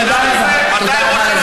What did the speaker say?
תודה רבה.